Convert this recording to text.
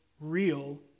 real